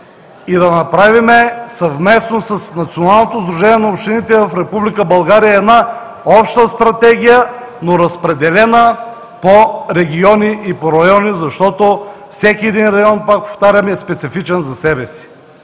и да направим съвместно с Националното сдружение на общините в Република България една обща стратегия, но разпределена по региони и по райони, защото всеки един район, пак повтарям, е специфичен за себе си.